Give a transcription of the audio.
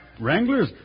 Wranglers